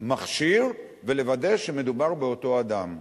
מכשיר ולוודא שמדובר באותו אדם.